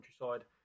countryside